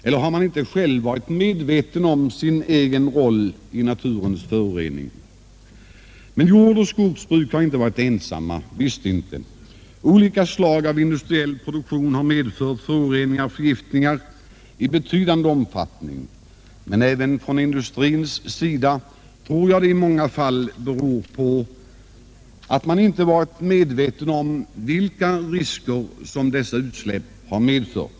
Eller har man inte på dessa håll själv varit medveten om sin roll i naturens förorening? Men jordoch skogsbruk har inte varit ensamma om denna verksamhet. Olika slag av industriell produktion har medfört föroreningar och förgiftningar i betydande omfattning. Jag tror att detta i många fall beror på att man inte heller inom industrin varit medveten om vilka risker, som dessa utsläpp har medfört.